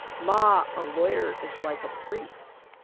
ma, a lawyer is like a priest',